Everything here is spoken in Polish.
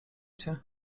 cię